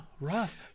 rough